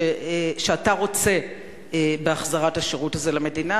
שאתה רוצה בהחזרת השירות הזה למדינה,